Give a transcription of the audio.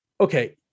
okay